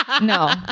No